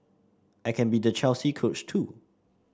I can be the Chelsea coach too